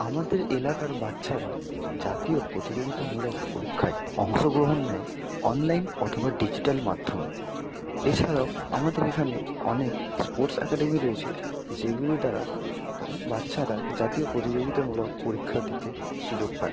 আমাদের এলাকার বাচ্চারা জাতীয় প্রতিযোগিতামূলক পরীক্ষায় অংশগ্রহণ নেয় অনলাইন অথবা ডিজিটাল মাধ্যমে এছাড়াও আমাদের এখানে অনেক স্পোর্টস অ্যাকাডেমি রয়েছে যেগুলি দ্বারা বাচ্চারা জাতীয় প্রতিযোগিতামূলক পরীক্ষা দিতে সুযোগ পায়